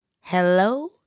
hello